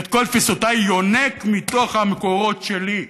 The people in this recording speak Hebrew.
את כל תפיסותיי יונק מתוך המקורות שלי.